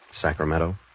Sacramento